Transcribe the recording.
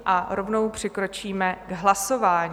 A rovnou přikročíme k hlasování.